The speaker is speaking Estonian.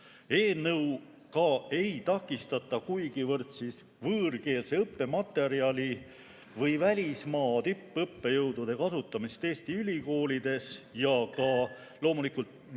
Eelnõuga ei takistata kuigivõrd võõrkeelse õppematerjali või välismaa tippõppejõudude kasutamist Eesti ülikoolides ja ka loomulikult mitte